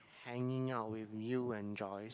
hanging out with you and Joyce